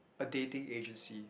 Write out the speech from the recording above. a dating agency